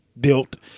built